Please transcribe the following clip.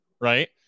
Right